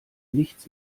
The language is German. nichts